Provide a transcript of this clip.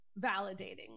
validating